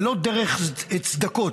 ולא דרך צדקות.